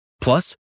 Plus